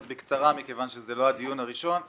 אז בקצרה מכיוון שזה לא הדיון הראשון.